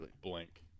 blank